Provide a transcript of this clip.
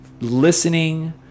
listening